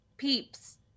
peeps